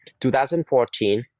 2014